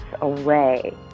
away